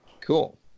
Cool